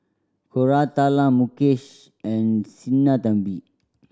Koratala Mukesh and Sinnathamby